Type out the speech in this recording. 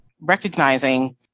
Recognizing